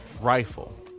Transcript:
rifle